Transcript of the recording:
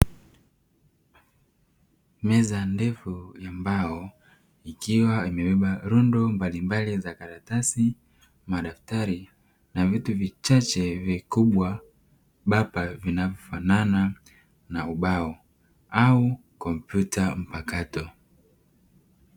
Meza ndefu ya mbao, ikiwa imebeba rundo mbalimbali za: karatasi, madaftari na vitu vichache vikubwa; ambavyo vinafanana na ubao au kompyuta mpakato.